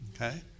Okay